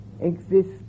exist